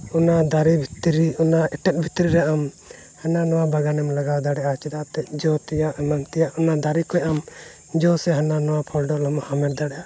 ᱚᱱᱟ ᱫᱟᱨᱮ ᱵᱷᱤᱛᱨᱤ ᱠᱷᱚᱱᱟᱜ ᱮᱴᱮᱫ ᱵᱷᱤᱛᱨᱤ ᱨᱮᱭᱟᱜ ᱮᱢ ᱦᱟᱱᱟ ᱱᱚᱣᱟ ᱵᱟᱜᱟᱱ ᱮᱢ ᱞᱟᱜᱟᱣ ᱫᱟᱲᱮᱭᱟᱜᱼᱟ ᱪᱤᱠᱟᱹᱛᱮ ᱡᱚ ᱛᱮᱭᱟᱜ ᱮᱢᱟᱱ ᱛᱮᱭᱟᱜ ᱚᱱᱟ ᱫᱟᱨᱮ ᱠᱷᱚᱱ ᱟᱢ ᱡᱚ ᱥᱮ ᱦᱟᱱᱟ ᱱᱚᱣᱟ ᱯᱷᱚᱞ ᱰᱚᱞ ᱮᱢ ᱦᱟᱢᱮᱴ ᱫᱟᱲᱮᱭᱟᱜᱼᱟ